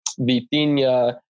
Vitinha